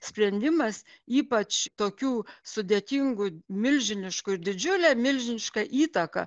sprendimas ypač tokių sudėtingų milžiniškų ir didžiulę milžinišką įtaką